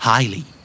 Highly